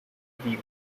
view